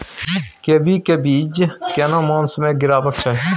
कोबी के बीज केना मास में गीरावक चाही?